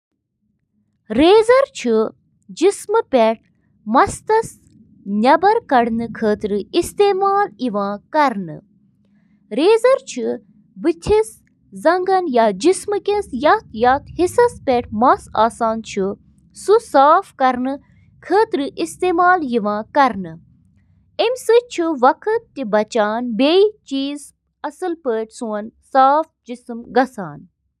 اکھ ٹوسٹر چُھ گرمی پٲدٕ کرنہٕ خٲطرٕ بجلی ہنٛد استعمال کران یُس روٹی ٹوسٹس منٛز براؤن چُھ کران۔ ٹوسٹر اوون چِھ برقی کرنٹ سۭتۍ کوائلن ہنٛد ذریعہٕ تیار گژھن وٲل انفراریڈ تابکٲری ہنٛد استعمال کٔرتھ کھین بناوان۔